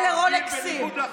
חוסמים את כל העיר, כולל עכשיו.